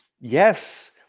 Yes